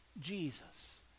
Jesus